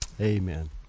Amen